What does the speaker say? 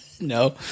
No